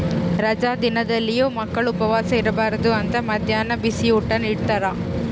ರಜಾ ದಿನದಲ್ಲಿಯೂ ಮಕ್ಕಳು ಉಪವಾಸ ಇರಬಾರ್ದು ಅಂತ ಮದ್ಯಾಹ್ನ ಬಿಸಿಯೂಟ ನಿಡ್ತಾರ